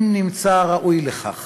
אם נמצא ראוי לכך.